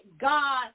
God